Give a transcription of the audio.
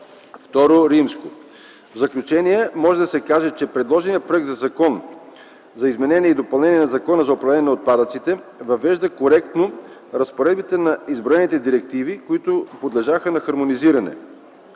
ІІ. В заключение може да се каже, че предложеният Законопроект за изменение и допълнение на Закона за управление на отпадъците въвежда коректно разпоредбите на изброените директиви, които подлежаха на хармонизиране.